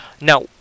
Now